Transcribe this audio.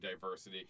diversity